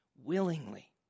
willingly